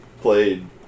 played